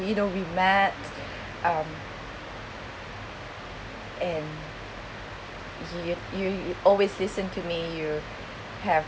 you know we met um and you you always listen to me you have